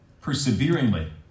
perseveringly